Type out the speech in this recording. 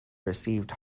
received